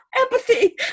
empathy